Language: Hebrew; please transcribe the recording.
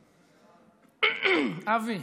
אבי,